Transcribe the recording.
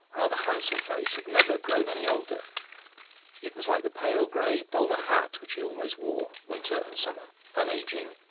rather handsome face had never grown any older it was like the pale grey bowler hat which he always wore, winter and summer unageing,